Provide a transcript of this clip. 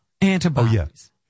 antibodies